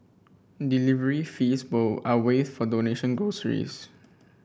delivery fees both are waived for donated groceries